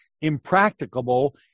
impracticable